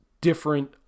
different